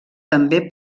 també